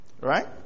right